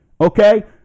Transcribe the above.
Okay